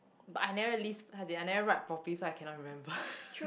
but I never list as in I never write properly so I cannot remember